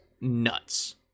nuts